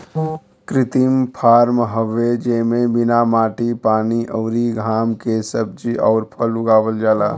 कृत्रिम फॉर्म हवे जेमे बिना माटी पानी अउरी घाम के सब्जी अउर फल उगावल जाला